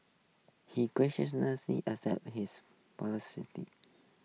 he graciously accepted his